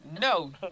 No